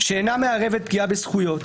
שאינה מערבת פגיעה בזכויות.